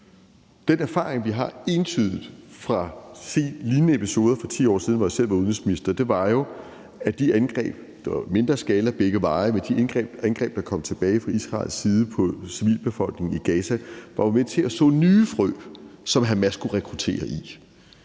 Den, erfaring vi har entydigt fra lignende episoder for 10 år siden, hvor jeg selv var udenrigsminister, var jo, at de angreb, dog i mindre skala begge veje, der kom tilbage fra Israels side på civilbefolkningen i Gaza, jo var med til at så nye frø, som Hamas kunne rekruttere i.